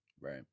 Right